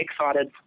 excited